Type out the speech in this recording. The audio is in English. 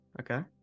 okay